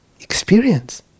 experience